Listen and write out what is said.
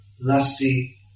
lusty